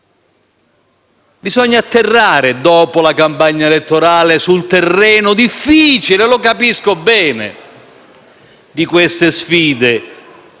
Bisogna atterrare, dopo la campagna elettorale, sul terreno - difficile, lo capisco bene - di queste sfide.